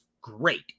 great